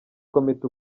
komite